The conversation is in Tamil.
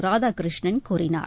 ராதாகிருஷ்ணன் கூறினார்